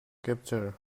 captured